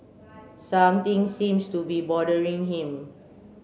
something seems to be bothering him